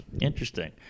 interesting